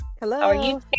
Hello